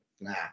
nah